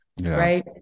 Right